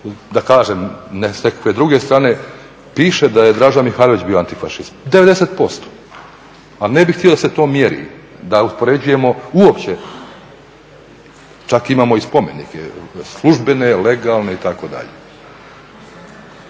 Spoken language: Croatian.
da kažem s nekakve druge strane, piše da je Draža Mihajlović bio antifašist? 90%. A ne bih htio da se to mjeri, da uspoređujemo uopće, čak imamo i spomenike službene, legalne itd.